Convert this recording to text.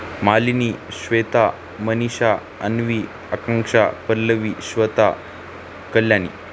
Malini Shweta Manisha Anvi Akanksha Pallavi Shweta Kalyani